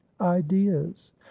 ideas